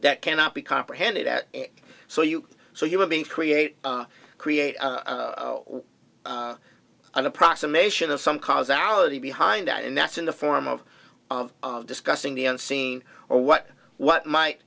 that cannot be comprehended at so you so human being create create an approximation of some causalities behind that and that's in the form of of of discussing the unseen or what what might